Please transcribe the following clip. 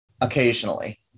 occasionally